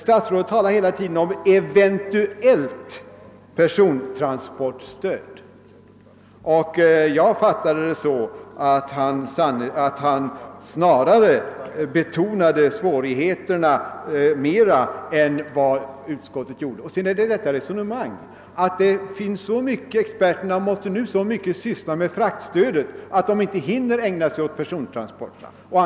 Statsrådet talade om eventuellt persontransportstöd. Jag fattade det så att han betonade svårigheterna mer än utskottsmajoriteten gjort. Vidare skall man observera resonemanget att experterna nu måste syssla så mycket med fraktstödet, att de inte hinner ägna sig åt persontransporterna.